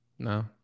No